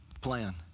plan